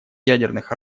ядерных